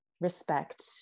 respect